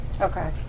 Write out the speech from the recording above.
okay